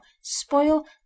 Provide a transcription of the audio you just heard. spoil